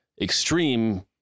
extreme